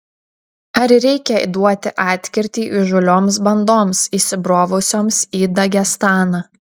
ar reikia duoti atkirtį įžūlioms bandoms įsibrovusioms į dagestaną